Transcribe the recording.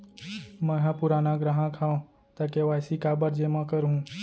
मैं ह पुराना ग्राहक हव त के.वाई.सी काबर जेमा करहुं?